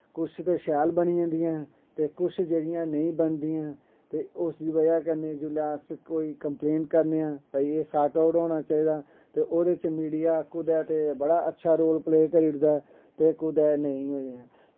कुछ ते शैल बनी जंदियां ते कुस जेह्ड़ियां नेईं बनदियां ते उसदी बजाह् कन्नै जिसलै अस कोई कंपलेन करनेआं भाई एह् सॉट आउट होना चाहिदा ते ओह्दै च मिडिया कुतै ते बड़ा अच्छा रोल प्ले करी ओड़दा ते कुतै नेईं